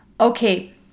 Okay